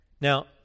Now